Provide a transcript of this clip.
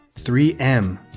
3M